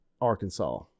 Arkansas